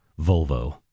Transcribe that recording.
Volvo